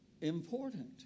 important